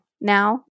now